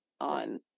on